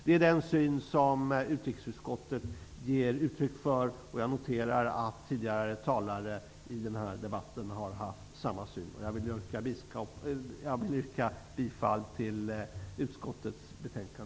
Detta är den syn som utrikesutskottet ger uttryck för. Jag noterar att tidigare talare i denna debatt har haft samma syn, och jag yrkar bifall till utskottets hemställan.